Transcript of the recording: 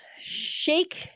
Shake